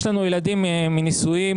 יש לנו ילדים מנישואים,